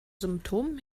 symptomen